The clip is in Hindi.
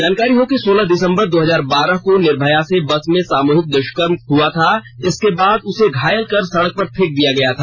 जानकारी हो कि सोलह दिसंबर दो हजार बारह को निर्मया से बस में सामूहिक द्व्कम हुआ था इसके बाद उसे घायल कर सड़क पर फेक दिया गया था